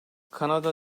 kanada